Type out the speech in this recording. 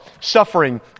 suffering